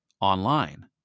online